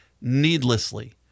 needlessly